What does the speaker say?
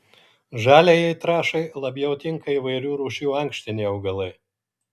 žaliajai trąšai labiau tinka įvairių rūšių ankštiniai augalai